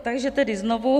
Takže tedy znovu.